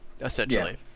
essentially